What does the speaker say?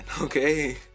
Okay